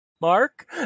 Mark